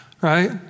right